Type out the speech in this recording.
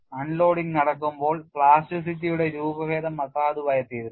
unloading നടക്കുമ്പോൾ പ്ലാസ്റ്റിറ്റിയുടെ രൂപഭേദം അസാധുവായിത്തീരുന്നു